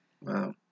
Wow